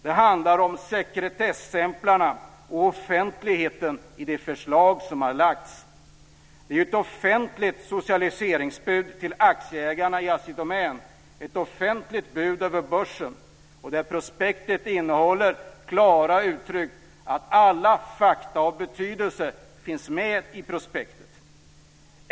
Det handlar om sekretesstämplarna och offentligheten i det förslag som har lagts fram. Det är ett offentligt socialiseringsbud till aktieägarna i Assi Domän, ett offentligt bud över börsen. Det prospektet innehåller klara uttryck om att alla fakta av betydelse finns med i prospektet.